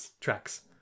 tracks